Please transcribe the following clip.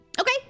Okay